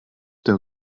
der